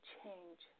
change